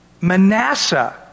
Manasseh